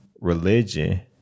religion